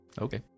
Okay